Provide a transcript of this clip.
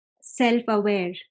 self-aware